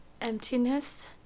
Emptiness